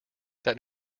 that